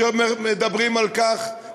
שמדברים על כך,